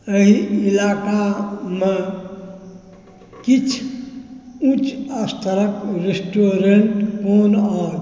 एहि इलाकामे किछु उच्च स्तरकऽ रेस्टूरेंट कोन अछि